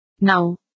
Now